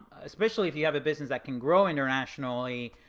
especially if you have a business that can grow internationally,